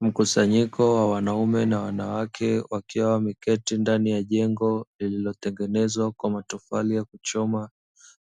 Mkusanyiko wa wanaume na wanawake, wakiwa wameketi ndani ya jengo lililo tengenezwa kwa matofali ya kuchoma,